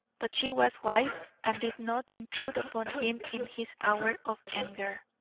but she was wise, and did not intrude upon him in his hour of anger,